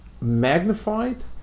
magnified